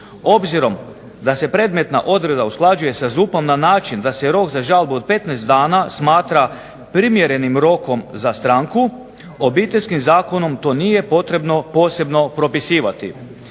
Obzirom da se predmetna odredba usklađuje sa ZUP-om na način da se rok za žalbu od 15 dana smatra primjerenim rokom za stranku Obiteljskim zakonom to nije potrebno posebno propisivati.